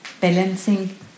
balancing